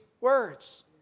words